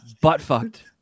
butt-fucked